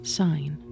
sign